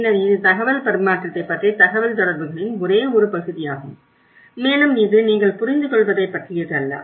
பின்னர் இது தகவல் பரிமாற்றத்தைப் பற்றிய தகவல்தொடர்புகளின் ஒரே ஒரு பகுதியாகும் மேலும் இது நீங்கள் புரிந்துகொள்வதைப் பற்றியது அல்ல